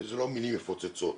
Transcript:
אנחנו כמובן יכולים לפרט קצת יותר.